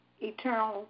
Eternal